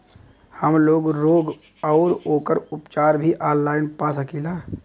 हमलोग रोग अउर ओकर उपचार भी ऑनलाइन पा सकीला?